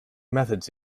methods